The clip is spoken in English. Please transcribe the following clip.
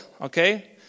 okay